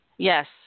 Yes